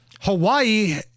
Hawaii